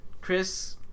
Chris